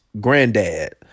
Granddad